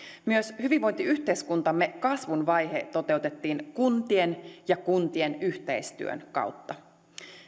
myös hyvinvointiyhteiskuntamme kasvun vaihe toteutettiin kuntien ja kuntien yhteistyön kautta